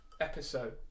episode